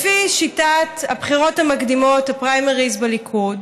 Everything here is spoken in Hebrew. לפי שיטת הבחירות המקדימות בליכוד,